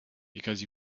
because